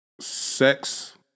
sex